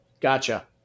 Gotcha